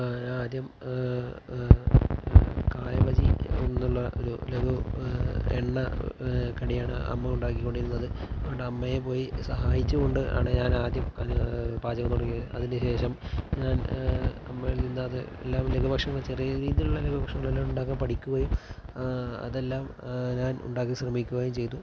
ഞാനാദ്യം കായബജി എന്നുള്ള ഒരു ലഘു എണ്ണ കടിയാണ് അമ്മ ഉണ്ടാക്കിക്കൊണ്ടിരുന്നത് അമ്മയെ പോയി സഹായിച്ചു കൊണ്ടാണ് ഞന് ആദ്യം പാചകം തുടങ്ങിയത് അതിനുശേഷം ഞാൻ അമ്മയില്ലാതെ ചെറിയ രീതിയിലുള്ള ലഘുഭക്ഷണങ്ങള് ഉണ്ടാക്കാന് പഠിക്കുകയും അതെല്ലാം ഞാൻ ഉണ്ടാക്കാന് ശ്രമിക്കുകയും ചെയ്തു